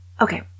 Okay